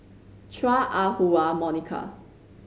Chua Ah Huwa Monica